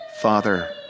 Father